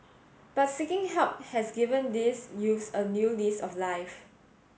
but seeking help has given these youths a new lease of life